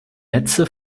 netze